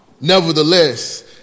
Nevertheless